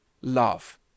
love